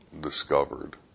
discovered